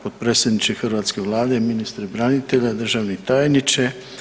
Potpredsjedniče hrvatske Vlade, ministre branitelja, državni tajniče.